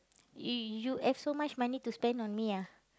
you you have so much money to spend on me ah